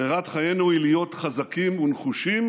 ברירת חיינו היא להיות חזקים ונחושים